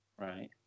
right